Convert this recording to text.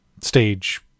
stage